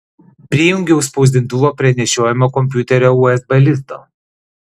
prijungiau spausdintuvą prie nešiojamo kompiuterio usb lizdo